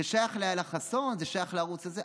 זה שייך לאילה חסון, זה שייך לערוץ הזה.